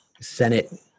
Senate